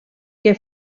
que